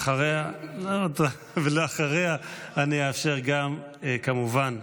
אחריה אני אאפשר גם, כמובן,